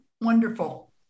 wonderful